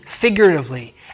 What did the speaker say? figuratively